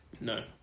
No